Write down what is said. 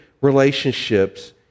relationships